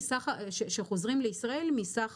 אחוז החולים שחוזרים לישראל מסך